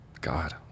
God